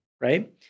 Right